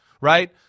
right